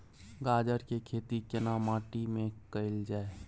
गाजर के खेती केना माटी में कैल जाए?